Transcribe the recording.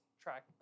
track